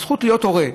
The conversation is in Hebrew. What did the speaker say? הזכות להיות הורה,